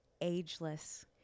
ageless